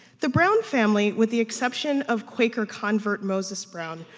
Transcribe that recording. the brown family, with the exception of quaker convert moses brown,